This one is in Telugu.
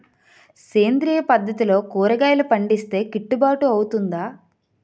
సేంద్రీయ పద్దతిలో కూరగాయలు పండిస్తే కిట్టుబాటు అవుతుందా?